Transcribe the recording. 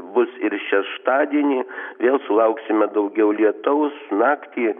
bus ir šeštadienį vėl sulauksime daugiau lietaus naktį